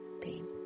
pain